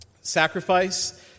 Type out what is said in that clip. sacrifice